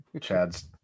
Chad's